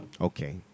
okay